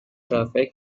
traffic